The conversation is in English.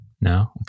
No